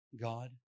God